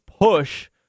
push